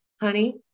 honey